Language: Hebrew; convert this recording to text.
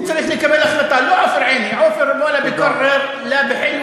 הוא צריך לקבל החלטה, לא עופר עיני.